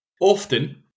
Often